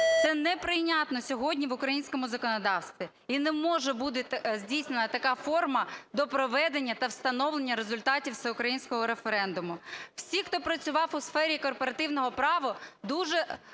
Це неприйнятно сьогодні в українському законодавстві. І не може бути здійснена така форма до проведення та встановлення результатів всеукраїнського референдуму. Всі, хто працював у сфері корпоративного права дуже